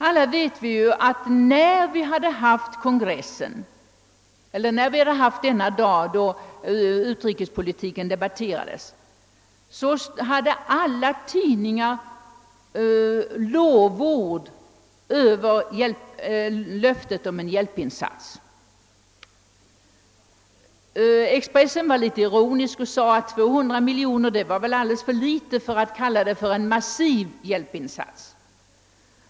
Efter det att utrikespolitiken hade debatterats på kongressen hade alla tidningar lovord över löftet om en hjälpinsats. Expressen var något ironisk och sade att 200 miljoner kronor var alldeles för litet för att kallas en massiv insats.